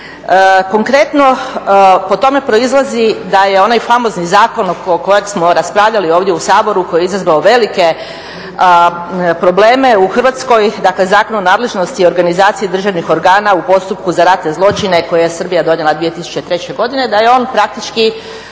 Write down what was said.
Konkretno, po tome proizlazi da je onaj famozni zakon oko kojeg smo raspravljali ovdje u Saboru, koji je izazvao velike probleme u Hrvatskoj, dakle Zakon o nadležnosti i organizaciji državnih organa u postupku za ratne zločine koje je Srbija donijela 2003. godine, da je on praktički